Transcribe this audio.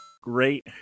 great